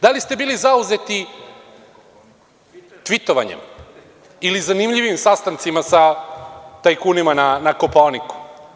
Da li ste bili zauzeti tvitovanjem ili zanimljivim sastancima sa tajkunima na Kopaoniku?